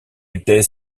était